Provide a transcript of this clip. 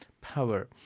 power